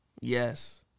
Yes